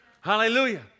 Hallelujah